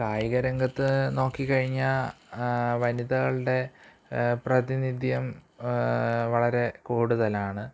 കായികരംഗത്ത് നോക്കിക്കഴിഞ്ഞാല് വനിതകളുടെ പ്രതിനിധ്യം വളരെ കൂടുതലാണ്